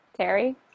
Terry